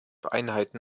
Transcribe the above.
einheiten